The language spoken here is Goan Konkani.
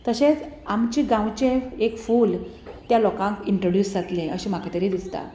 तशेंच आमचे गांवचे एक फुल त्या लोकांक इंट्रेड्युस जातलें अशें म्हाका तरी दिसता